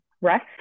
rest